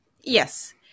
Yes